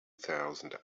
thousand